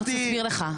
אני רוצה להסביר לך,